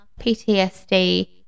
PTSD